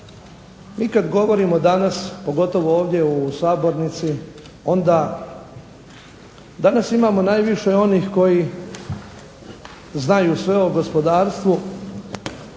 Mi kad govorimo danas, pogotovo ovdje u sabornici onda, danas imamo najviše onih koji znaju sve o gospodarstvu,